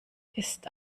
ist